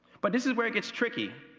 but this is where it gets tricky,